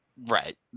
right